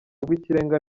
rw’ikirenga